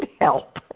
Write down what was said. help